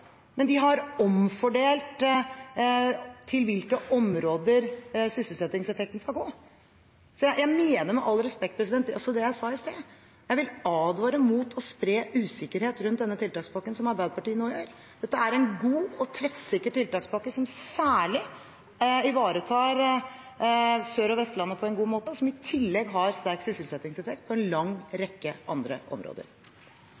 men de har omfordelt til hvilke områder sysselsettingseffekten skal gå. Med all respekt, jeg mener det jeg sa i sted. Jeg advarer mot å spre usikkerhet rundt tiltakspakken, som Arbeiderpartiet nå gjør. Dette er en god og treffsikker tiltakspakke som særlig ivaretar Sør- og Vestlandet på en god måte, og som i tillegg har sterk sysselsettingseffekt på en lang rekke andre områder.